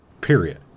period